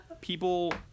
people